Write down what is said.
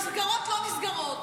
המסגרות לא נסגרות.